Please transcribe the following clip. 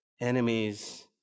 enemies